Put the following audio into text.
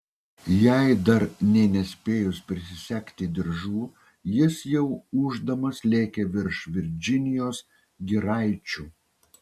jai dar nė nespėjus prisisegti diržų jis jau ūždamas lėkė virš virdžinijos giraičių